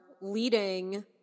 leading